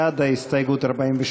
בעד ההסתייגות,